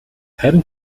харин